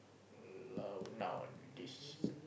no not this